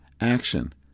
action